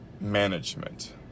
management